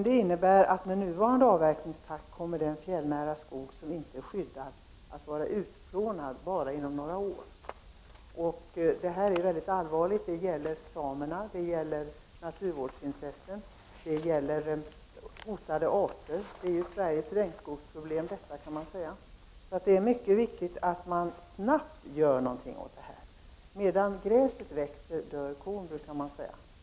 Det innebär att med nuvarande avverkningstakt kommer den fjällnära skog som inte är skyddad att vara utplånad bara inom några år. Detta är väldigt allvarligt, för det gäller samerna, naturvårdsintressen och hotade arter. Detta kan sägas vara Sveriges regnskogsproblem. Det är mycket viktigt att man snart gör någonting. Medan gräset växer dör kon, brukar man säga.